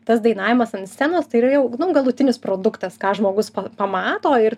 tas dainavimas ant scenos tai yra jau nu galutinis produktas ką žmogus pa pamato ir